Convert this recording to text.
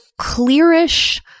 clearish